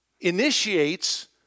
initiates